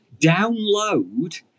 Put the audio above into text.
download